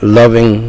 loving